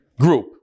group